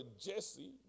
Jesse